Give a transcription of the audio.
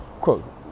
Quote